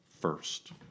First